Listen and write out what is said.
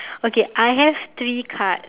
okay I have three card